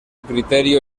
criterio